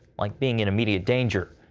like being in immediate danger.